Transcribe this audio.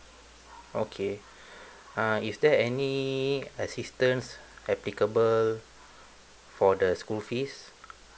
okay uh is there any assistance applicable for the school fees